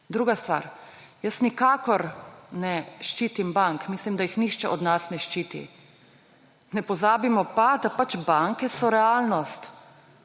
Druga stvar. Jaz nikakor ne ščitim bank. Mislim, da jih nihče od nas ne ščiti. Ne pozabimo pa, da pač banke so realnost;